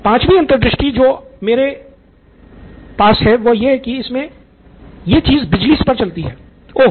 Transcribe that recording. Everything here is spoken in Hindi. पाँचवीं अंतर्दृष्टि जो मेरे पास आपके लिए है वह यह की ये चीज़ बिजली पर चलती है ओह